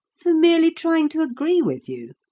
for merely trying to agree with you?